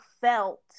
felt